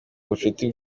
bucuti